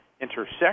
intersect